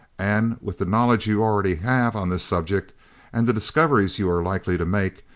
and with the knowledge you already have on this subject and the discoveries you are likely to make,